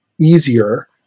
easier